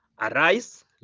arise